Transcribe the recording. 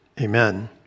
Amen